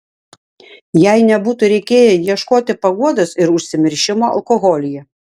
jai nebūtų reikėję ieškoti paguodos ir užsimiršimo alkoholyje